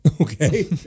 okay